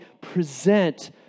present